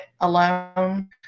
alone